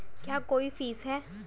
क्या कोई फीस है?